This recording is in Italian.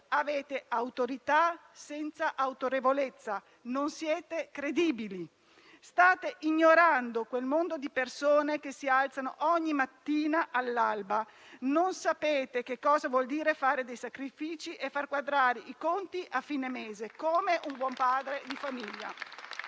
Avete autorità senza autorevolezza. Non siete credibili. State ignorando quel mondo di persone che si alzano ogni mattina all'alba. Non sapete che cosa vuol dire fare dei sacrifici e far quadrare i conti a fine mese, come un buon padre di famiglia.